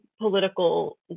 political